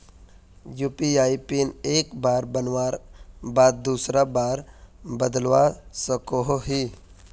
UPI PIN एक बार बनवार बाद दूसरा बार बदलवा सकोहो ही?